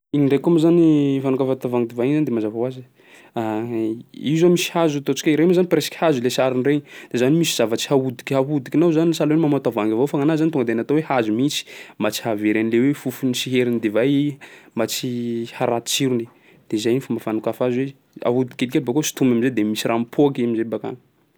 Igny ndraiky koa moa zany fanokafa tavoahangy divay igny zany de mazava hoazy io zao misy hazo ataontsika hoe reo moa zany presque hazo le sarony regny, de zany misy zavatsy hahodikihahodikinao zany sahalan'ny hoe mamoha tavoahangy avao fa gny anazy zany tonga de natao hoe hazo mihitsy mba tsy hahavery an'ilay hoe fofony sy herin'ny divay mba tsy haharatsy tsirony de zay ny fomba fanokafa azy hoe: ahodiky kely bakeo sontomy am'zay de misy raha mipoaky i am'zay bakagny.